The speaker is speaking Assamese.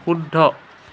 শুদ্ধ